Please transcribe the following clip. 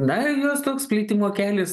na jos toks plitimo kelias